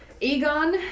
Egon